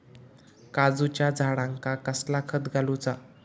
काजूच्या झाडांका कसला खत घालूचा?